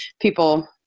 people